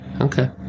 okay